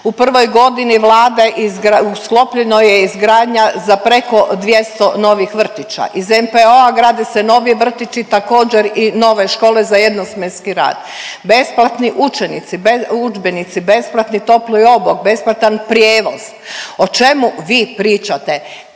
U prvoj godini Vlade sklopljeno je izgradnja za preko 200 novih vrtića. Iz NPO-a grade se novi vrtići također i nove škole za jednosmjenski rad. Besplatni udžbenici, besplatni topli obrok, besplatan prijevoz. O čemu vi pričate?